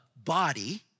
body